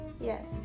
yes